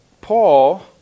Paul